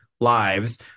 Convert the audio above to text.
lives